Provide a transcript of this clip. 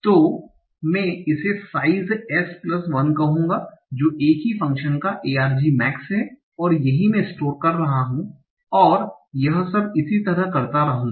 तो मैं इसे साइज़ S प्लस 1 कहूँगा जो एक ही फ़ंक्शन का argmax है और यही मैं स्टोर कर रहा हूं और यह सब इसी तरह करता रहूँगा